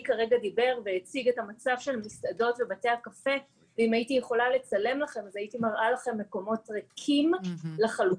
--- ואם הייתי יכולה לצלם הייתי מראה לכם מקומות ריקים לחלוטין.